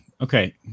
Okay